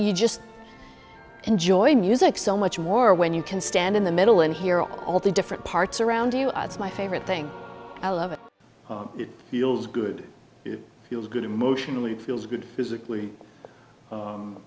you just enjoy music so much more when you can stand in the middle and hear all the different parts around you it's my favorite thing i love it feels good feels good emotional it feels good physically